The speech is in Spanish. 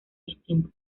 distintos